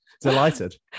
delighted